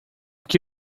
que